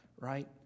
right